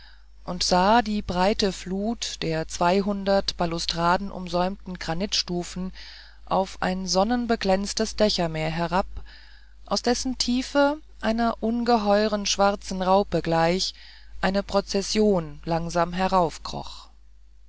und sah die breite flucht der zweihundert balustradenumsäumten granitstufen auf ein sonnenbeglänztes dächermeer hinab aus dessen tiefe einer ungeheuren schwarzen raupe gleich eine prozession langsam